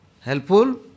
helpful